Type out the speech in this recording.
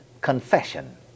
confession